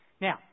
Now